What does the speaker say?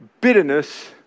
bitterness